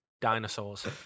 Dinosaurs